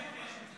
כן.